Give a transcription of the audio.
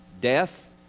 Death